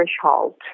threshold